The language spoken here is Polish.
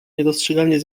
niedostrzegalnie